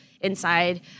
inside